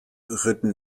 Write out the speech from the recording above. ritten